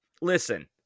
Listen